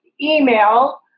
email